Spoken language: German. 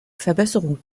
verbesserung